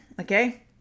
okay